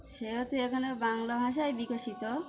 সেহেতু এখানে বাংলা ভাষাই বিকশিত